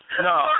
No